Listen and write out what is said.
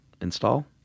install